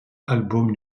album